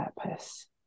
purpose